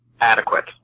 adequate